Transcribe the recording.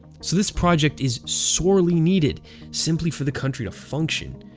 so this project is sorely needed simply for the country to function.